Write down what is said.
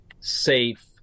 safe